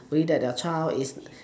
worry that their child is